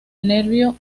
nervio